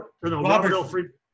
Robert